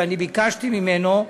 ואני ביקשתי ממנו,